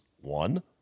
One